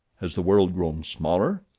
has the world grown smaller?